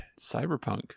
Cyberpunk